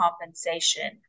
compensation